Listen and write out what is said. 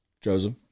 Joseph